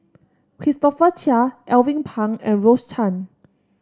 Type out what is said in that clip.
Christopher Chia Alvin Pang and Rose Chan